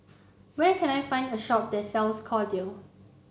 where can I find a shop that sells Kordel